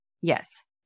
yes